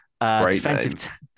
defensive